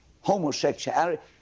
homosexuality